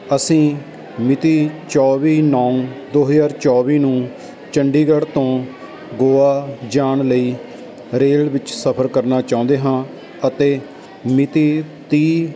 ਅਸੀਂ ਮਿਤੀ ਚੌਵੀ ਨੌਂ ਦੋ ਹਜ਼ਾਰ ਚੌਵੀ ਨੂੰ ਚੰਡੀਗੜ੍ਹ ਤੋਂ ਗੋਆ ਜਾਣ ਲਈ ਰੇਲ ਵਿੱਚ ਸਫ਼ਰ ਕਰਨਾ ਚਾਹੁੰਦੇ ਹਾਂ ਅਤੇ ਮਿਤੀ ਤੀਹ